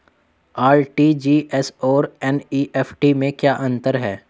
RTGS और NEFT में क्या अंतर है?